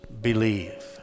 believe